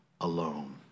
alone